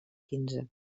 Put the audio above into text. quinze